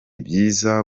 byiza